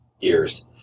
ears